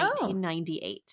1998